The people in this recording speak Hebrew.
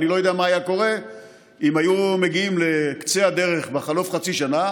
אני לא יודע מה היה קורה אם היו מגיעים לקצה הדרך בחלוף חצי שנה